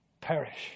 perish